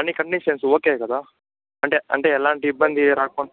అన్ని conditions okay కదా అంటే అంటే ఎలాంటి ఇబ్బంది రాకు